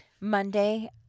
Monday